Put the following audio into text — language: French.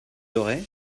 doré